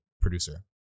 producer